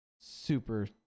super